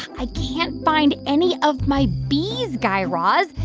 i can't find any of my bees, guy raz.